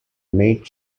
maid